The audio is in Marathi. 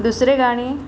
दुसरे गाणे